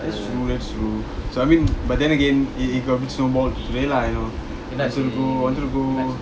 that's true that's true so I mean but then again it it got snowballed lah you know wanted to go wanted to go